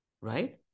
right